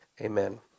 Amen